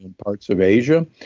and parts of asia,